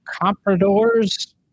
Comprador's